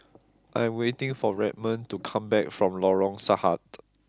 I'm waiting for Redmond to come back from Lorong Sahad